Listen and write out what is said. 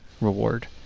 reward